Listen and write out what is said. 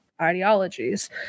ideologies